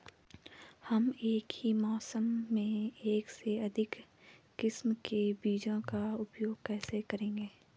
हम एक ही मौसम में एक से अधिक किस्म के बीजों का उपयोग कैसे करेंगे?